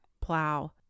plow